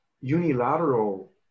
unilateral